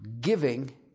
giving